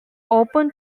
open